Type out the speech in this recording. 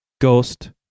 Ghost